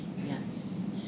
yes